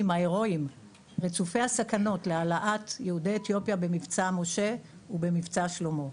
ההרואיים רצופי הסכנות להעלאת יהודי אתיופיה במבצע משה ובמבצע שלמה.